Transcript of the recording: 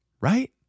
Right